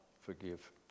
forgive